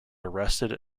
arrested